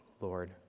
Lord